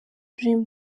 dream